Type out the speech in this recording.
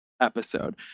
episode